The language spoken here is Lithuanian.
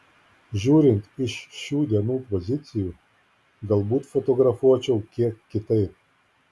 žiūrint iš šių dienų pozicijų galbūt fotografuočiau kiek kitaip